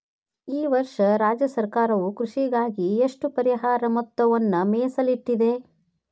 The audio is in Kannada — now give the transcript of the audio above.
ಈ ವರ್ಷ ರಾಜ್ಯ ಸರ್ಕಾರವು ಕೃಷಿಗಾಗಿ ಎಷ್ಟು ಪರಿಹಾರ ಮೊತ್ತವನ್ನು ಮೇಸಲಿಟ್ಟಿದೆ?